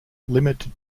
limited